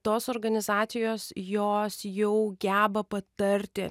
tos organizacijos jos jau geba patarti